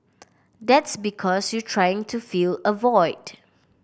that's because you're trying to fill a void